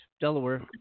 Delaware